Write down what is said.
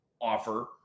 offer